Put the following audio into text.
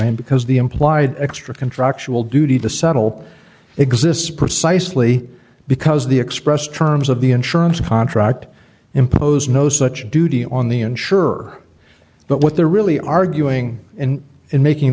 and because the implied extra contractual duty to settle exists precisely because the express terms of the insurance contract impose no such duty on the insurer but what they're really arguing in in making